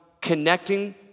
connecting